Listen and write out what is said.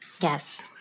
Yes